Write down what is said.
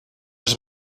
has